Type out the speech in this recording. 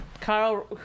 Carl